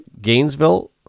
Gainesville